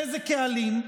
איזה קהלים?